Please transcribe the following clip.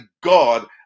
God